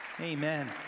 Amen